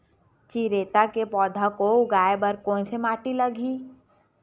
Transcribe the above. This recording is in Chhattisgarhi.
चिरैता के पौधा को उगाए बर कोन से माटी लगही?